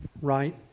right